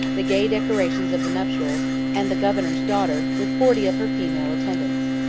the gay decorations of the nuptials, and the governor's daughter, with forty of her female attendants.